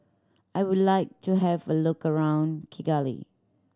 I would like to have a look around Kigali